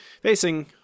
facing